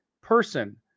person